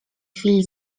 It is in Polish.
chwili